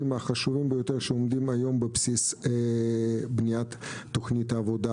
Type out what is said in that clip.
החשובים ביותר שעומדים היום בבסיס בניית תוכנית העבודה.